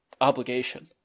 obligation